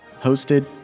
Hosted